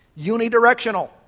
Unidirectional